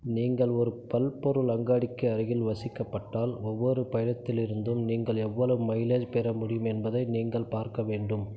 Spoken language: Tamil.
நீங்கள் ஒரு பல்பொருள் அங்காடிக்கு அருகில் வசிக்கப்பட்டால் ஒவ்வொரு பயணத்திலிருந்தும் நீங்கள் எவ்வளவு மைலேஜ் பெற முடியும் என்பதை நீங்கள் பார்க்க வேண்டும்